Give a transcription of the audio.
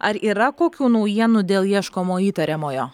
ar yra kokių naujienų dėl ieškomo įtariamojo